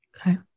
Okay